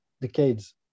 decades